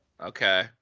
Okay